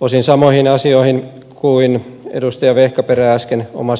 osin samoihin asioihin kuin edustaja vehkaperä äsken omassa puheenvuorossaan